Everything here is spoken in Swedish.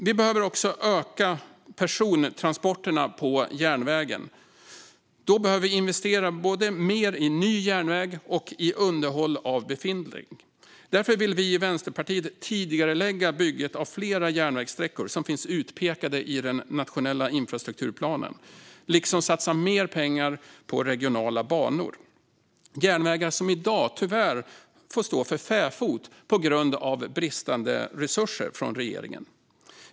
Vi behöver också öka persontransporterna på järnvägen. Då behöver vi investera mer både i ny järnväg och i underhåll av befintlig. Därför vill vi i Vänsterpartiet tidigarelägga bygget av flera järnvägssträckor som finns utpekade i den nationella infrastrukturplanen. Vi vill också satsa mer pengar på regionala banor - järnvägar som i dag tyvärr får ligga för fäfot på grund av bristande resurser från regeringen.